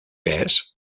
pes